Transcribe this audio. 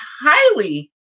highly